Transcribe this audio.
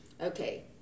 Okay